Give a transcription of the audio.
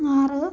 ആറ്